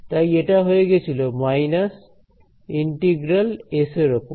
তাই এটা হয়ে গেছিল মাইনাস ইন্টিগ্রাল s এর ওপর